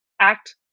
act